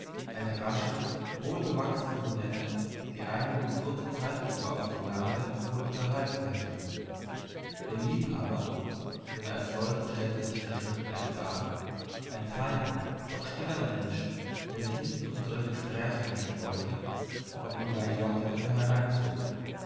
eine rasche wohlgewachsene brünette die einen die kurze zeit über auf dem lande wohl unterhalten hätte ihr liebhaber denn als solchen stellte sich herr schmidt gleich dar ein feiner doch stiller mensch der sich nicht in unsere gespräche mischen wollte ob ihn gleich lotte immer hereinzog